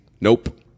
nope